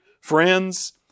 Friends